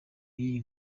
y’iyi